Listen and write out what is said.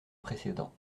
précédent